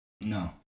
No